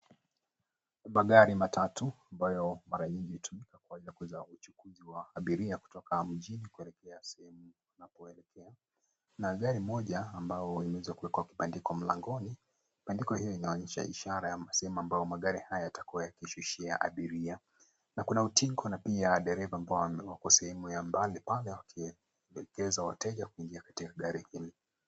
Magari matatu ambayo mara nyingi hutumika kuchukua abiria kutoka mjini na kuelekea semu zinakoendkuna bandiko mlangoni. Bandiko hilo linaonyesha ishara ya sehemu ambayo magari haya yatakuwa yanashushia abiria na kuna utingo na pia dereva ambao wanaoneja wakidekeza watega kuja kuingia